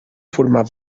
formar